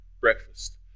breakfast